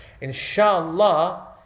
inshallah